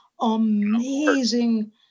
amazing